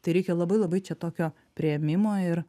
tai reikia labai labai čia tokio priėmimo ir